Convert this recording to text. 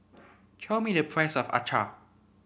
tell me the price of Acar